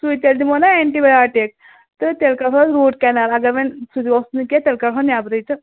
سُے تیٚلہِ دِمہو نا ایٚنٛٹِی بیٛاٹِک تہٕ تیٚلہِ کَرہوٗس روٗٹ کَنال اَگَر وۅنۍ سُہ اوس کیٚنٛہہ تیٚلہِ کَڈہون نیٚبرٕے تہٕ